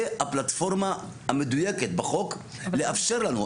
זה הפלטפורמה המדויקת בחוק לאפשר לנו.